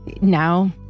now